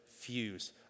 fuse